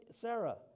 Sarah